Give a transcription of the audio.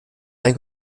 ein